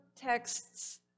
texts